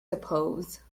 suppose